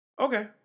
Okay